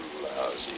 lousy